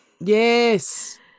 Yes